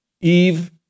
Eve